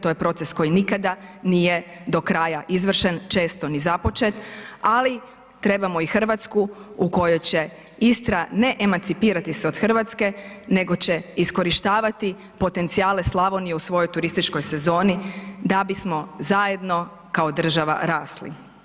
To je proces koji nikada nije do kraja izvršen, često ni započet, ali trebamo i Hrvatsku u kojoj će Istra ne emancipirati se od Hrvatske nego će iskorištavati potencijale Slavonije u svojoj turističkoj sezoni da bismo zajedno kao država rasli.